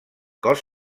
cos